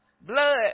blood